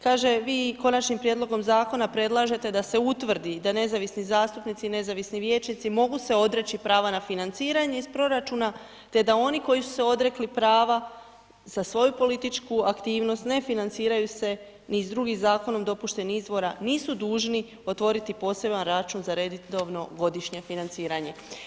Kaže vi konačnim prijedlogom zakona predlažete da se utvrdi da nezavisni zastupnici i nezavisni vijećnici mogu se odreći prava na financiranje iz proračuna te da oni koji su se odrekli prava za svoju političku aktivnost ne financiraju se ni iz drugih zakonom dopuštenih izvora, nisu dužni otvoriti poseban račun za redovno godišnje financiranje.